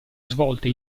svolte